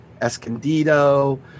Escondido